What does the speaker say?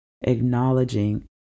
acknowledging